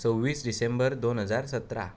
सव्वीस डिसेंबर दोन हजार सतरा